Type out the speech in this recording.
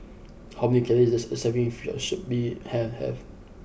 how many calories does a serving of Fish Soup Bee Han have